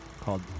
called